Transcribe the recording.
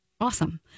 Awesome